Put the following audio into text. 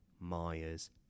Myers